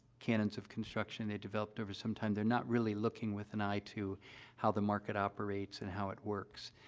canons of construction they developed over some time. they're not really looking with an eye to how the market operates and how it works,